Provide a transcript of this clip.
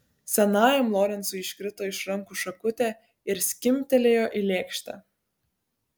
senajam lorencui iškrito iš rankų šakutė ir skimbtelėjo į lėkštę